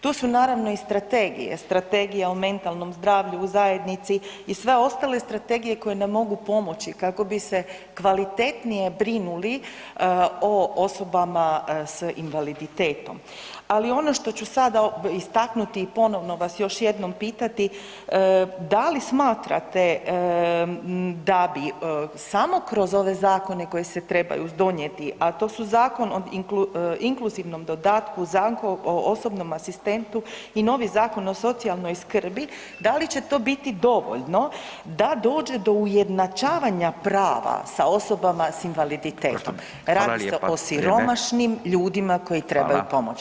Tu su, naravno i strategije, strategije o mentalnom zdravlju u zajednici i sve ostale strategije koje nam mogu pomoći kako bi se kvalitetnije brinuli o osobama s invaliditetom ali ono što ću sada istaknuti i ponovno vas još jednom pitati, da li smatrate da bi samo kroz ove zakone koji se trebaju donijeti a to su Zakon o inkluzivnom dodatku osobnom asistentu i novi Zakon o socijalnoj skrbi, da li će to biti dovoljno da dođe do ujednačavanja prava sa osobama sa invaliditetom? [[Upadica Radin: Hvala lijepa, vrijeme.]] Radi se o siromašnim ljudima koji trebaju pomoć.